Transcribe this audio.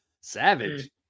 Savage